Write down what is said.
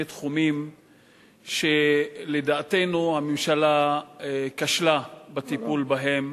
תחומים שלדעתנו הממשלה כשלה בטיפול בהם.